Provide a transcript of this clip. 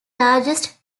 largest